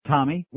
Tommy